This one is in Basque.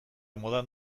modan